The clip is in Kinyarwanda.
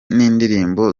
n’indirimbo